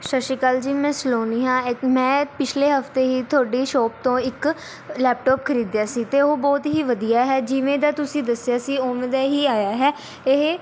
ਸਤਿ ਸ਼੍ਰੀ ਅਕਾਲ ਜੀ ਮੈਂ ਸਲੋਨੀ ਹਾਂ ਅੇਅ ਮੈਂ ਪਿਛਲੇ ਹਫ਼ਤੇ ਹੀ ਤੁਹਾਡੀ ਸ਼ੋਪ ਤੋਂ ਇੱਕ ਲੈਪਟੋਪ ਖਰੀਦਿਆ ਸੀ ਅਤੇ ਉਹ ਬਹੁਤ ਹੀ ਵਧੀਆ ਹੈ ਜਿਵੇਂ ਦਾ ਤੁਸੀਂ ਦੱਸਿਆ ਸੀ ਉਵੇਂ ਦਾ ਹੀ ਆਇਆ ਹੈ ਇਹ